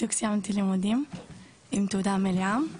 בדיוק סיימתי לימודים עם תעודה מלאה,